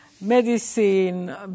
medicine